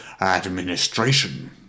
Administration